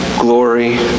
Glory